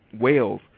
Wales